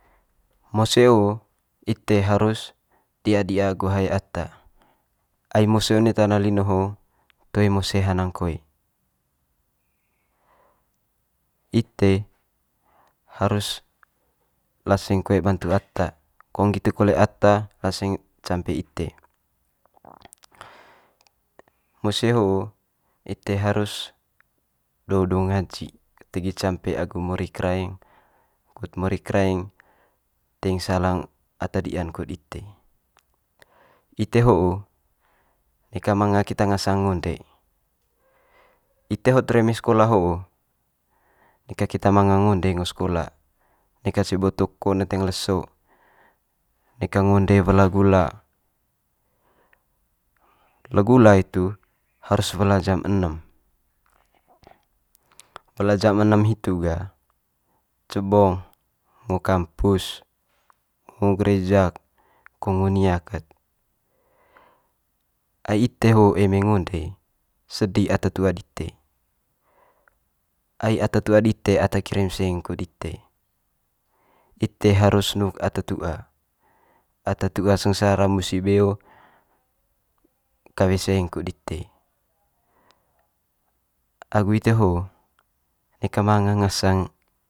mose ho ite harus dia dia agu hae ata, ai mose one tana lino ho toe mose hanang koe. ite harus laseng koe bantu ata kong nggitu kole ata laseng campe ite. Mose ho ite harus, do do ngaji tegi campe agu mori kraeng kut mori kraeng teing salang ata di'an kut ite. Ite ho'o neka manga keta ngasang ngonde ite hot reme sekola ho'o neka keta manga ngonde ngo sekola, neka sebo toko neteng leso neka ngonde wela gula. Le gula itu harus wela jam enem wela jam ene em hitu ga cebong, ngo kampus, ngo gereja ko ngo nia ket. Ai ite ho eme ngonde sedi ata tua dite, ai ata tua dite ata kirim seng kut ite, ite harus nuk ata tua, ata tua sengsara musi beo kawe seng kut ite agu ite ho neka manga ngasang.